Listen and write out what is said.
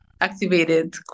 activated